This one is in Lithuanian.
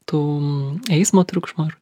tų eismo triukšmo ar